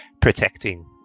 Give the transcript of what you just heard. protecting